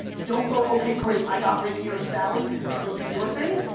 don't go, okay, great, i got ricky or sally and go do your thing.